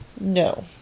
no